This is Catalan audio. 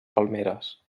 palmeres